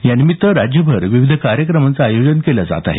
या निमित्त राज्यभर विविध कार्यक्रमांचे आयोजन केलं जात आहे